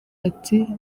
ati